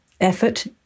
effort